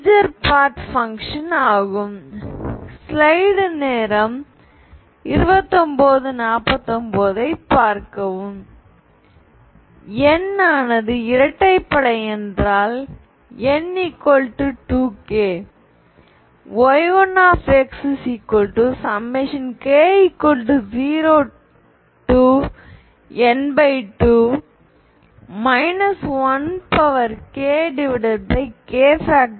integer part function ஆகும் N ஆனது இரட்டைப்படை என்றால் n2k y1k0n2k